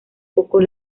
poco